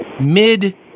mid